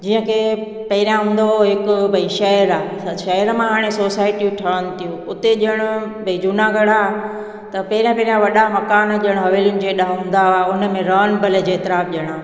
जीअं की पहिरियों हूंदो हुओ हिकु भई शहरु आहे त शहर मां हाणे सोसाइटियूं ठहनि थियूं हुते ॼाणु भई जूनागढ़ आ त पेरयां पेरयां वॾा मकान पहिरियां हवेलियुनि जेॾा हूंदा उन में रहनि भले जेतिरा बि ॼाणु